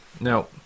Now